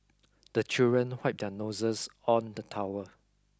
the children wipe their noses on the towel